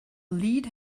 lead